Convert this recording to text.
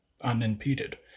unimpeded